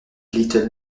little